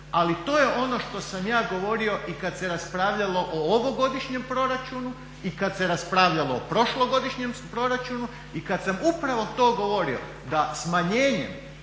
Ali to je ono što sam ja govorio i kada se raspravljalo o ovogodišnjem proračunu i kada se raspravljalo o prošlogodišnjem proračunu i kada sam upravo to govorio da smanjenjem